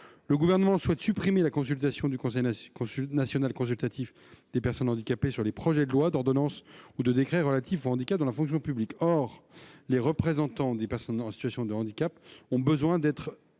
Le Gouvernement souhaite supprimer la consultation du Conseil national consultatif des personnes handicapées sur les projets de loi, d'ordonnance et de décret relatifs au handicap dans la fonction publique, quand les représentants des personnes en situation de handicap ont pourtant besoin d'être